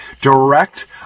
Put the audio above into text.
Direct